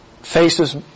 faces